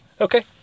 Okay